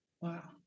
Wow